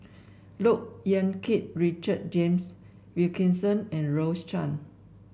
Look Yan Kit Richard James Wilkinson and Rose Chan